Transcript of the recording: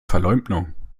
verleumdung